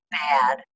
bad